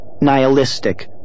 nihilistic